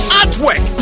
artwork